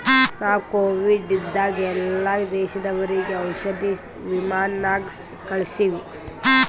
ನಾವು ಕೋವಿಡ್ ಇದ್ದಾಗ ಎಲ್ಲಾ ದೇಶದವರಿಗ್ ಔಷಧಿ ವಿಮಾನ್ ನಾಗೆ ಕಳ್ಸಿವಿ